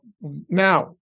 now